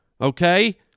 Okay